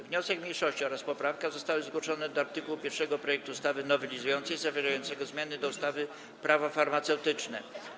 Wniosek mniejszości oraz poprawka zostały zgłoszone do art. 1 projektu ustawy nowelizującej zawierającego zmiany do ustawy Prawo farmaceutyczne.